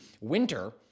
winter